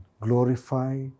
glorify